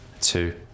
two